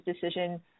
decision